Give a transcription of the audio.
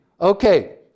Okay